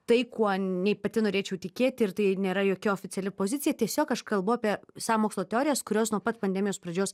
tai kuo nei pati norėčiau tikėti ir tai nėra jokia oficiali pozicija tiesiog aš kalbu apie sąmokslo teorijas kurios nuo pat pandemijos pradžios